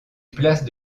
place